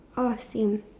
oh same